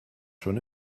schon